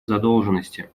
задолженности